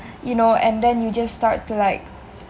you know and then you just start to like